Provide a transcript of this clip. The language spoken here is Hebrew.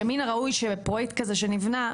שמן הראוי שבפרויקט כזה שנבנה,